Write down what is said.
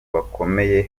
bakomeye